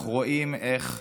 אנחנו רואים איך סמוטריץ'